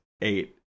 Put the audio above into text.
eight